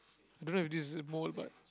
don't know if this is a mole but